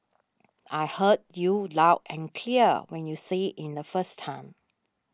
I heard you loud and clear when you said in the first time